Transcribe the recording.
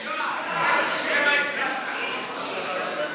נשיקה, נשיקה.